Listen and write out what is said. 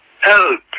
Help